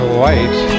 white